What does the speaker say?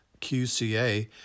QCA